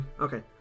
Okay